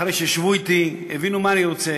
אחרי שישבו אתי והבינו מה אני רוצה,